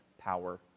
power